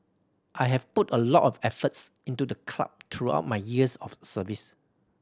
I have put a lot of efforts into the club throughout my years of service